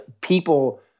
people